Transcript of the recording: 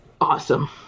awesome